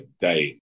day